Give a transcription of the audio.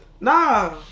Nah